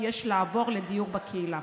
כי יש לעבור לדיור בקהילה.